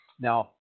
Now